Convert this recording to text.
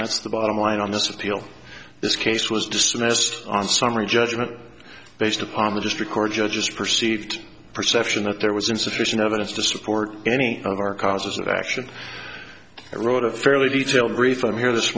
that's the bottom line on this appeal this case was dismissed on summary judgment based upon a district court judge just perceived perception that there was insufficient evidence to support any of our causes of action i wrote a fairly detailed briefing here this